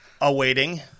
awaiting